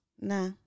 Nah